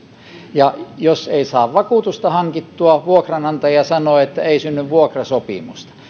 ja jos ei saa vakuutusta hankittua vuokranantaja sanoo että ei synny vuokrasopimusta